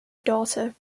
daughter